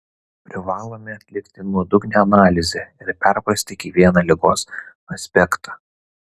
privalome atlikti nuodugnią analizę ir perprasti kiekvieną ligos aspektą